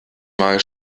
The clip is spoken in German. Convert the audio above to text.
mal